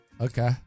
Okay